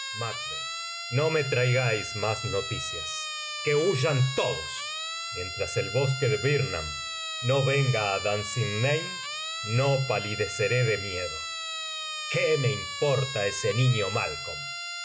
no me traigáis más noticias que huyan todos mientras el bosque de birnam no venga á dunsinane no palideceré de miedo qué me importa ese niño malcolm